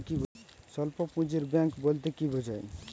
স্বল্প পুঁজির ব্যাঙ্ক বলতে কি বোঝায়?